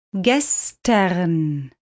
Gestern